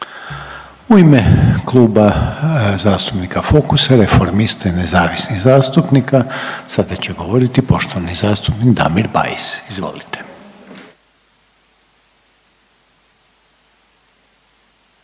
U ime Kluba zastupnika Fokusa, Reformista i nezavisnih zastupnika sada će govoriti poštovani zastupnik Damir Bajs. Izvolite.